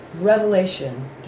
revelation